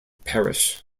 parish